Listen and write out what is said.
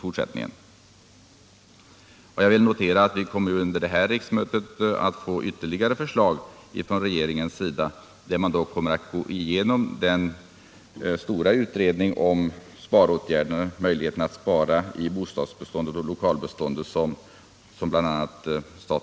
Under riksmötet kommer regeringen att framlägga ytterligare förslag, grundade bl.a. på statens planverks utredning om möjligheterna att spara i bostadsoch lokalbeståndet.